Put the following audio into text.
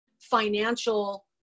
financial